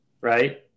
Right